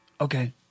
Okay